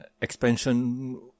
expansion